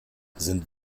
sind